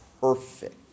perfect